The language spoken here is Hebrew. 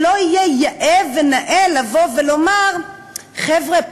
שלא יהיה נאה ויאה לומר: חבר'ה,